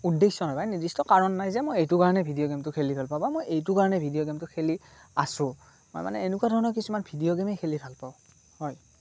উদ্দেশ্য নাপাই নিৰ্দিষ্ট কাৰণ নাই যে মই এইটোৰ কাৰণে ভিডিঅ' গেমটো খেলি ভাল পাওঁ বা মই এইটো কাৰণে ভিডিঅ' গেমটো খেলি আছোঁ মই মানে এনেকুৱা ধৰণৰ কিছুমান ভিডিঅ' গেমেই খেলি ভাল পাওঁ হয়